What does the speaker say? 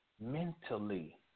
mentally